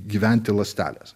gyventi ląstelės